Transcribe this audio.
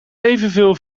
evenveel